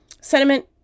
sentiment